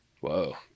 Whoa